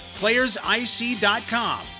playersic.com